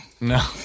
No